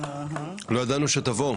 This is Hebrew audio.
--- לא ידענו שתבוא.